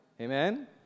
Amen